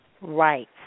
Right